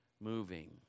moving